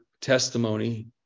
testimony